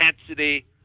intensity